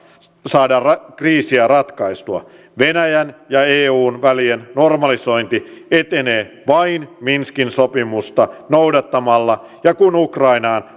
saada kriisiä ratkaistua venäjän ja eun välien normalisointi etenee vain minskin sopimusta noudattamalla ja kun ukrainaan